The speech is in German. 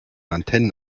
antennen